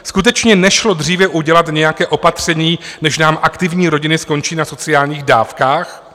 Skutečně nešlo dříve udělat nějaké opatření, než nám aktivní rodiny skončí na sociálních dávkách?